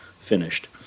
finished